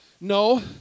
No